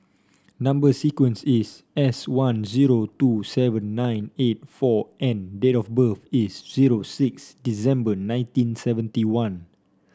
number sequence is S one zero two seven nine eight four N date of birth is zero six December nineteen seventy one